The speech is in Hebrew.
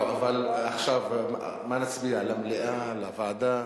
לא, עכשיו, מה נצביע, למליאה, לוועדה?